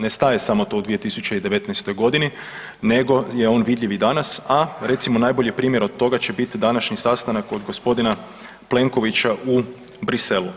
Ne staje samo to u 2019.-toj godini nego je on vidljiv i danas, a recimo najbolji primjer od toga će biti današnji sastanak kod gospodina Plenkovića u Bruxellesu.